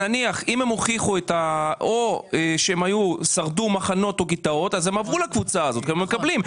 אם הם הוכיחו שהם שרדו מחנות או גטאות הם עברו לקבוצה הזאת והם מקבלים,